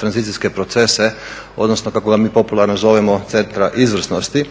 tranzicijske procese odnosno kako ga mi popularno zovemo Centra izvrsnosti,